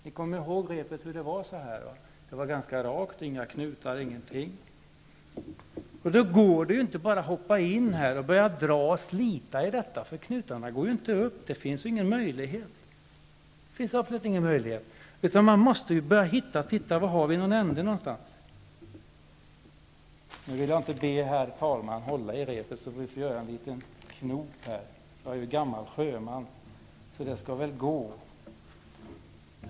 Ni kommer ihåg hur repet såg ut från början -- det var ganska rakt och hade inga knutar. Nu går det inte att helt enkelt börja dra och slita i repet. Knutarna går inte upp. Det finns absolut ingen möjlighet, utan man måste börja titta efter en ände. Jag vill inte be herr talmannen hålla i repet, så jag får göra en liten knop här i talarstolen. Jag är ju gammal sjöman, så det skall väl gå.